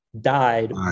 died